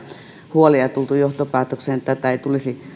huolia ja tultu johtopäätökseen että tätä ei tulisi